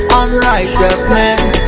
unrighteousness